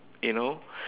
you know